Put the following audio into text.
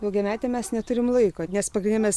daugiametėm mes neturim laiko nes pagrinde mes